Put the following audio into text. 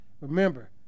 Remember